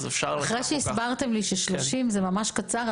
אחרי שהסברתם לי ש-30 ימים זה ממש קצר,